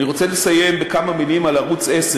אני רוצה לסיים בכמה מילים על ערוץ 10